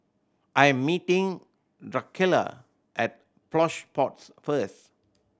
I'm meeting Drucilla at Plush Pods first